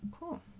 cool